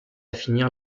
finir